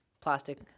plastic